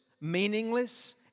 meaningless